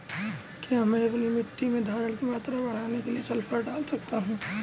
क्या मैं अपनी मिट्टी में धारण की मात्रा बढ़ाने के लिए सल्फर डाल सकता हूँ?